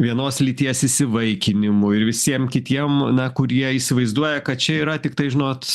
vienos lyties įsivaikinimui visiem kitiem na kurie įsivaizduoja kad čia yra tiktai žinot